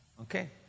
Okay